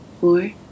four